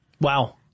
Wow